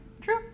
True